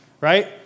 right